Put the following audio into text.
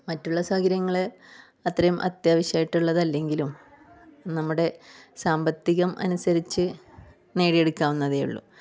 മറ്റുള്ള സൗകര്യങ്ങൾ അത്രയും അത്യാവശ്യമായിട്ടുള്ളത് അല്ലെങ്കിലും നമ്മുടെ സാമ്പത്തികം അനുസരിച്ച് നേടിയെടുക്കാവുന്നതേയുള്ളു